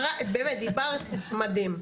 באמת, דיברת מדהים.